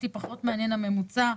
אותי פחות מעניין הממוצע.